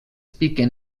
piquen